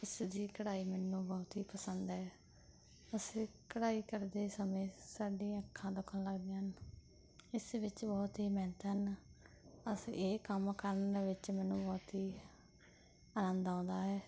ਇਸ ਜੀ ਕਢਾਈ ਮੈਨੂੰ ਬਹੁਤ ਹੀ ਪਸੰਦ ਹੈ ਅਸੀਂ ਕਢਾਈ ਕਰਦੇ ਸਮੇਂ ਸਾਡੀਆਂ ਅੱਖਾਂ ਦੁਖਣ ਲੱਗਦੀਆਂ ਹਨ ਇਸ ਵਿੱਚ ਬਹੁਤ ਹੀ ਮਿਹਨਤ ਹਨ ਅਸੀਂ ਇਹ ਕੰਮ ਕਰਨ ਵਿੱਚ ਮੈਨੂੰ ਬਹੁਤ ਹੀ ਆਨੰਦ ਆਉਂਦਾ ਹੈ